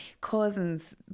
Cousins